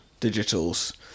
Digitals